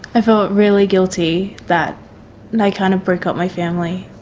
i felt really guilty that i kind of broke up my family.